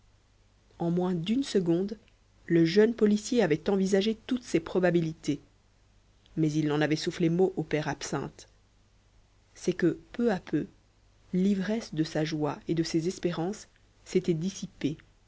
en moins d'une seconde le jeune policier avait envisagé toutes ces probabilités mais il n'en avait soufflé mot au père absinthe c'est que peu à peu l'ivresse de sa joie et de ses espérances s'était dissipée